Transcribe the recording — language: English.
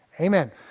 Amen